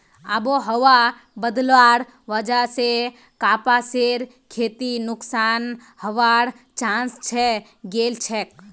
आबोहवा बदलवार वजह स कपासेर खेती नुकसान हबार चांस हैं गेलछेक